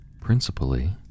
principally